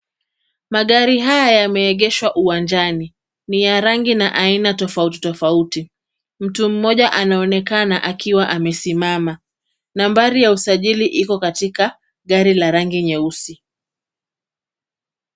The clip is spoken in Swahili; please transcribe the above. Magari haya yameegeshwa uwanjani. Ni ya rangi na aina tofautitofauti. Mtu mmoja anaonekana amesimama. Nambari ya usajili iko katika gari la rangi nyeusi.